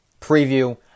preview